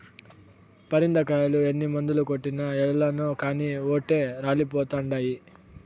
పరింద కాయలు ఎన్ని మందులు కొట్టినా ఏలనో కానీ ఓటే రాలిపోతండాయి